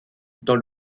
dans